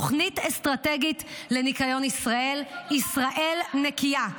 התוכנית האסטרטגית לניקיון ישראל "ישראל נקייה"